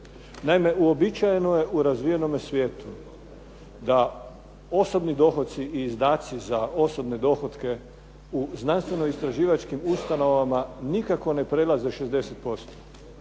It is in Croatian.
Naime, uobičajeno je u razvijenom svijetu da osobni dohoci i izdatci za osobne dohotke u znanstveno-istraživačkim ustanovama nikako ne prelaze 60%.